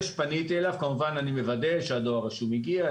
כמובן אני מוודא שהדואר הרשום הגיע,